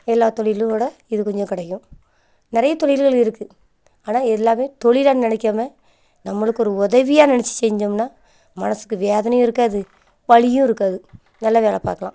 எல்லா தொழிலோட இது கொஞ்சம் கிடைக்கும் நிறைய தொழில்கள் இருக்குது ஆனால் எல்லாமே தொழிலா நினைக்காம நம்மளுக்கு ஒரு உதவியாக நினச்சு செஞ்சோம்னா மனதுக்கு வேதனையும் இருக்காது வலியும் இருக்காது நல்லா வேலை பார்க்கலாம்